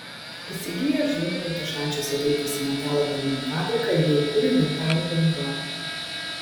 įsigiję žlungantį šančiuose veikusį metalo gaminių fabriką jie įkūrė metalo bendrovę